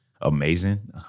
amazing